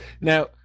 Now